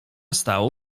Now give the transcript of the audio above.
stał